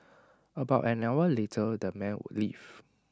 about an hour later the men would leave